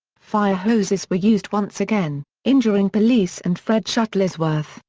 fire hoses were used once again, injuring police and fred shuttlesworth,